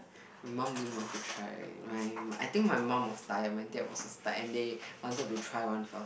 my mum didn't want to try my I think my mum was tired my dad was also tired and they wanted to try one first